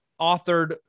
authored